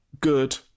good